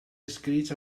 escrits